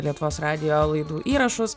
lietuvos radijo laidų įrašus